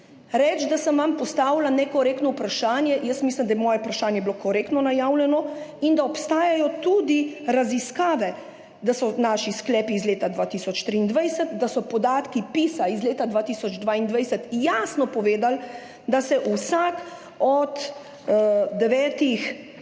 Reči, da sem vam postavila nekorektno vprašanje – mislim, da je bilo moje vprašanje korektno najavljeno, obstajajo tudi raziskave, da so naši sklepi iz leta 2023, podatki PISA iz leta 2022 jasno povedali, da se vsak od devetih